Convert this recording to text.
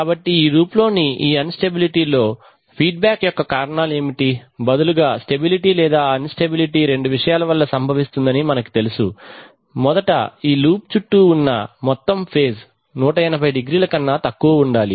కాబట్టి ఈ లూప్లోని ఈ అన్ స్టెబిలిటీలో ఫీడ్బ్యాక్ యొక్క కారణాలు ఏమిటి బదులుగా స్టెబిలిటీ లేదా అన్ స్టెబిలిటీ రెండు విషయాల వల్ల సంభవిస్తుందని మనకు తెలుసు మొదట ఈ లూప్ చుట్టూ ఉన్న మొత్తంఫేజ్ 180˚ కన్నా తక్కువ ఉండాలి